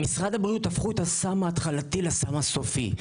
במשרד הבריאות הפכו את הסם ההתחלתי לסם הסופי.